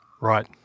Right